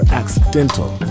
accidental